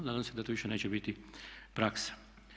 Nadam se da to više neće biti praksa.